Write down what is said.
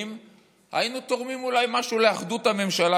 אולי היינו תורמים משהו לאחדות הממשלה,